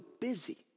busy